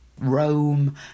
Rome